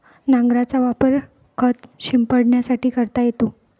नांगराचा वापर खत शिंपडण्यासाठी करता येतो